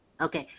Okay